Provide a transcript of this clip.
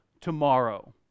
tomorrow